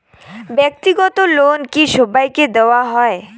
ব্যাক্তিগত লোন কি সবাইকে দেওয়া হয়?